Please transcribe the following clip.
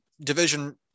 division